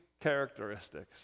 characteristics